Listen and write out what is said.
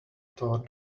tore